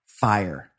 fire